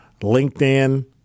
LinkedIn